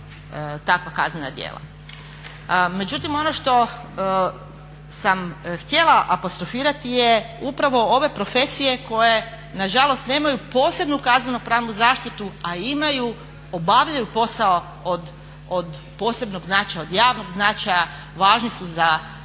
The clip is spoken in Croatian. takva kaznena djela. Međutim ono što sam htjela apostrofirati je upravo ove profesije koje nažalost nemaju kazneno pravnu zaštitu a imaju, obavljaju posao od posebnog značaja, od javnog značaja, važni su za društvo.